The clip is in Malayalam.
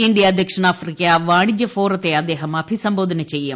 ഇന്ത്യ ദക്ഷിണാഫ്രിക്ക വാണിജ്യ ഫോറത്തെ അദ്ദേഹം അഭിസംബോധന ചെയ്യും